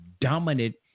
dominant